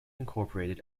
incorporated